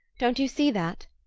don't you see that?